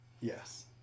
Yes